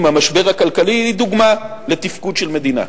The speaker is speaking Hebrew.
המשבר הכלכלי היא דוגמה לתפקוד של מדינה.